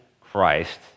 Christ